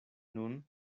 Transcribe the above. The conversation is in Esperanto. nun